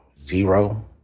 Zero